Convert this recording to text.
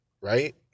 right